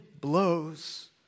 blows